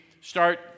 start